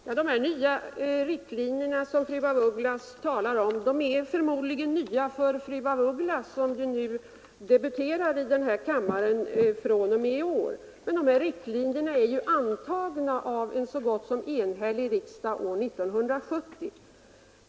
Herr talman! De nya riktlinjer som fru af Ugglas talar om är förmodligen nya för fru af Ugglas, som i år debuterar här i kammaren. Men dessa riktlinjer antogs av en så gott som enhällig riksdag år 1970.